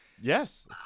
yes